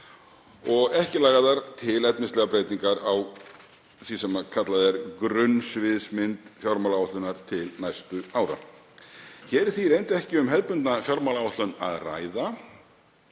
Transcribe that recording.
og ekki lagðar til efnislegar breytingar á því sem kallað er grunnsviðsmynd fjármálaáætlunar til næstu ára. Hér er því hreint ekki um hefðbundna fjármálaáætlun að ræða.